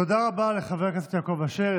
תודה רבה לחבר הכנסת יעקב אשר.